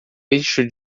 eixo